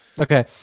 okay